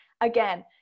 again